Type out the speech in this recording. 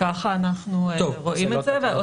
כך אנחנו רואים את זה.